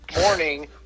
morning